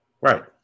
right